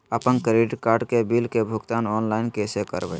अपन credit card के bill के भुगतान ऑनलाइन कैसे करबैय?